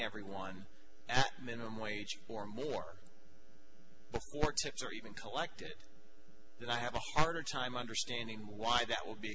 everyone at minimum wage or more or tips or even collected then i have a hard time understanding why that would be